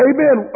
Amen